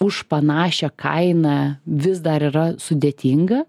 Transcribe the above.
už panašią kainą vis dar yra sudėtinga